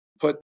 put